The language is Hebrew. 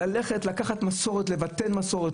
לבטל מסורת,